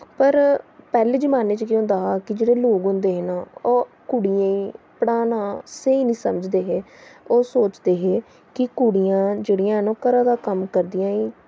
पर पैह्ले जमाने च केह् होंदा हा कि जेह्ड़े लोग होंदे न ओह् कुड़ियें गी पढ़ाना स्हेई निं समझदे हे ओह् सोचदे हे कि कुड़ियां जेह्ड़ियां न घरा दा कम्म करदियां न